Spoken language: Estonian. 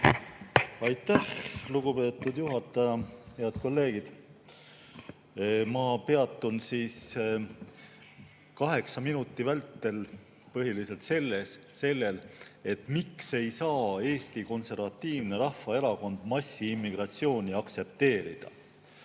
Aitäh, lugupeetud juhataja! Head kolleegid! Ma peatun siis kaheksa minuti vältel põhiliselt sellel, miks ei saa Eesti Konservatiivne Rahvaerakond massiimmigratsiooni aktsepteerida.